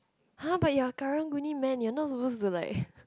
!huh! but you are Karang-Guni man you are not supposed to like